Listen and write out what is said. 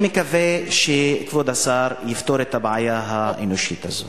אני מקווה שכבוד השר יפתור את הבעיה האנושית הזאת.